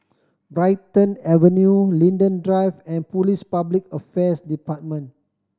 Brighton Avenue Linden Drive and Police Public Affairs Department